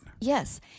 Yes